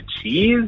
cheese